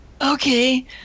Okay